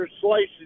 slices